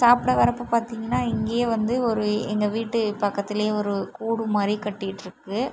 சாப்பிட வரப்பை பார்த்திங்கனா இங்கேயே வந்து ஒரு எங்கள் வீட்டு பக்கத்துல ஒரு கூடு மாதிரி கட்டிட்யிருக்கு